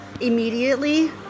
immediately